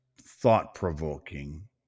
thought-provoking